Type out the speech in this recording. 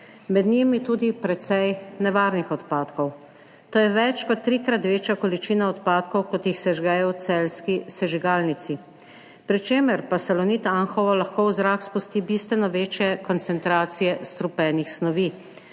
med njimi tudi precej nevarnih odpadkov. To je več kot trikrat večja količina odpadkov, kot jih sežgejo v celjski sežigalnici, pri čemer pa Salonit Anhovo lahko v zrak spusti bistveno večje koncentracije strupenih snovi.